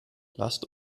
lasst